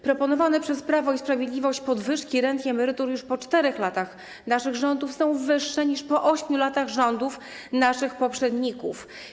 Proponowane przez Prawo i Sprawiedliwość podwyżki rent i emerytur już po 4 latach naszych rządów są wyższe niż po 8 latach rządów naszych poprzedników.